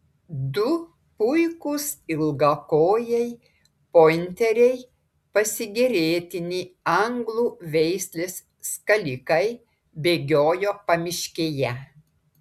du puikūs ilgakojai pointeriai pasigėrėtini anglų veislės skalikai bėgiojo pamiškėje